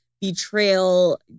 betrayal